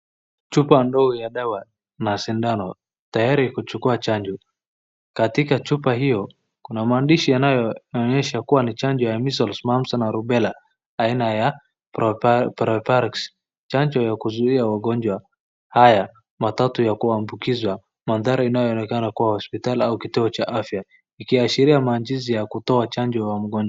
Chupa ndogo ya dawa na sindano tayari kuchukua chanjo. Katika chupa hiyo kuna maandishi yanayo onyesha ni chanjo ya Meassies Mumps na Rubella aina ya PRIORIX chanjo ya kuuzua wagonjwa haya matatu ya kuwabukizwa mandari inayonekana kuwa hospitali au kituo cha afya ikiashilia maandishi ya kutoa chanjo ya mgonjwa.